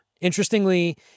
Interestingly